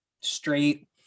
straight